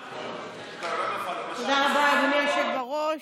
תודה רבה, אדוני היושב-ראש.